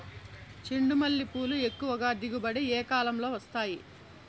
చెండుమల్లి పూలు ఎక్కువగా దిగుబడి ఏ కాలంలో వస్తాయి